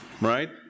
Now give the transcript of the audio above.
right